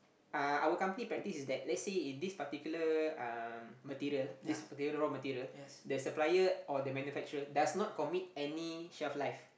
uh our company practice is that let's say if this particular um material this particular raw material the supplier or the manufacturer does not commit any shelf life